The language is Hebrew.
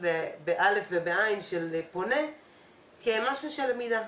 וההארות של הפונים כמשהו של למידה.